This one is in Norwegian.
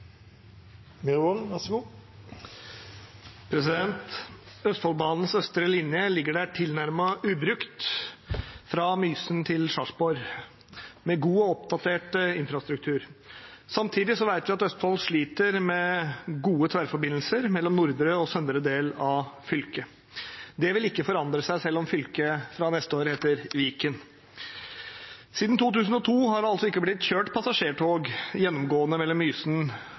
Østfoldbanens østre linje ligger der tilnærmet ubrukt fra Mysen til Sarpsborg med god og oppdatert infrastruktur. Samtidig vet vi at Østfold sliter med å ha gode tverrforbindelser mellom nordre og søndre del av fylket. Det vil ikke forandre seg selv om fylket fra neste år heter Viken. Siden 2002 har det ikke blitt kjørt passasjertog gjennomgående mellom Mysen